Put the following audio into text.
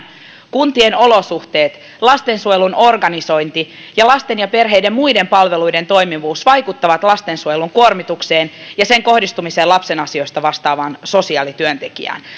kuntien olosuhteet lastensuojelun organisointi ja lasten ja perheiden muiden palvelujen toimivuus vaikuttavat lastensuojelun kuormitukseen ja sen kohdistumiseen lapsen asioista vastaavaan sosiaalityöntekijään